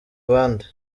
abandi